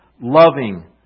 loving